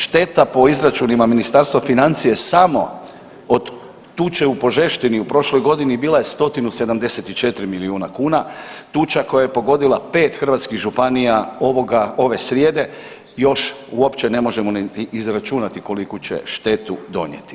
Šteta po izračunima Ministarstva financija je samo od tuče u Požeštini u prošloj godini bila je 174 milijuna kuna, tuča koja je pogodila pet hrvatskih županija ove srijede još uopće ne možemo niti izračunati koliku će štetu donijeti.